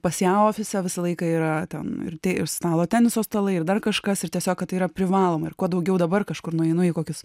pas ją ofise visą laiką yra ten ir ir stalo teniso stalai ir dar kažkas ir tiesiog kad tai yra privaloma ir kuo daugiau dabar kažkur nueinu į kokius